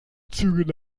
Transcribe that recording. züge